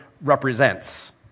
represents